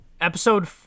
episode